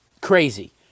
crazy